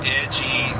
edgy